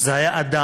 זה היה אדם